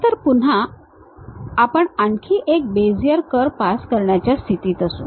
नंतर पुन्हा आपण आणखी एक बेझियर कर्व पास करण्याच्या स्थितीत असू